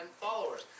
followers